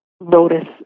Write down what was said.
Notice